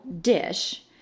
dish